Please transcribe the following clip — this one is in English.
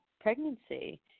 pregnancy